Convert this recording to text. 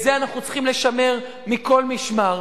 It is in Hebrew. את זה אנחנו צריכים לשמר מכל משמר,